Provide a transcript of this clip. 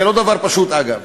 זה לא דבר פשוט, אגב.